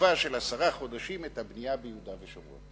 לתקופה של עשרה חודשים את הבנייה ביהודה ושומרון,